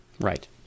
Right